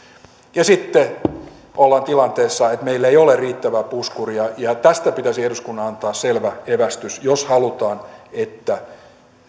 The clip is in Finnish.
ja sitten ollaan tilanteessa että meillä ei ole riittävää puskuria tästä pitäisi eduskunnan antaa selvä evästys jos halutaan että